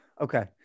Okay